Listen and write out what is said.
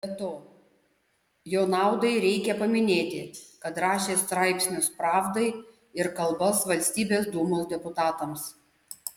be to jo naudai reikia paminėti kad rašė straipsnius pravdai ir kalbas valstybės dūmos deputatams